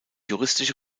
juristische